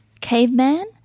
caveman